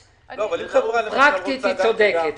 פרקטית היא צודקת.